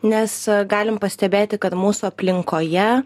nes galim pastebėti kad mūsų aplinkoje